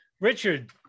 Richard